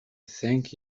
thank